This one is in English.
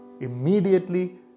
immediately